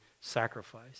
sacrifice